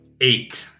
Eight